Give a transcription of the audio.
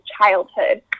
childhood